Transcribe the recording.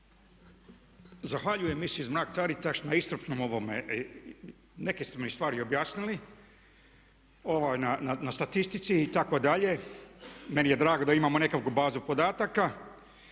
Zahvaljujem Miss Mrak Taritaš na iscrpnom ovome, neke ste mi stvari objasnili na statistici itd. Meni je drago da imamo nekakvu bazu podataka.